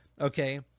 okay